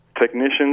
technicians